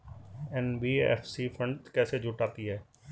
NBFC fund कैसे जुटाती है?